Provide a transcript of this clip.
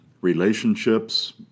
relationships